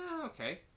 okay